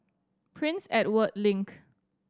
Prince Edward Link